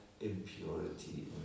impurity